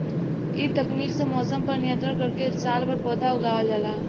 इ तकनीक से मौसम पर नियंत्रण करके सालभर पौधा उगावल जाला